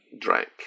drank